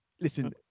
listen